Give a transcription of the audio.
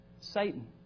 Satan